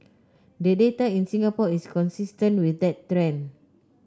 the data in Singapore is consistent with that trend